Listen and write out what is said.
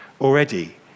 already